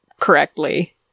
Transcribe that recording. correctly